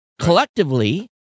Collectively